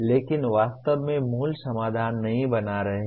लेकिन वास्तव में मूल समाधान नहीं बना रहे हैं